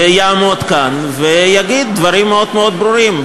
שיעמוד כאן ויגיד דברים מאוד ברורים,